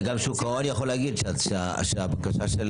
וגם שוק ההון יכול להגיד שהבקשה של